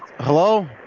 Hello